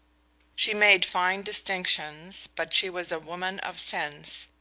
she made fine distinctions, but she was a woman of sense,